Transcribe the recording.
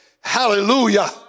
hallelujah